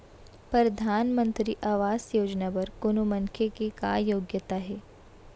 परधानमंतरी आवास योजना बर कोनो मनखे के का योग्यता हे?